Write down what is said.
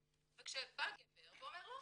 וכשבא גבר ואומר "לא,